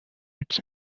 its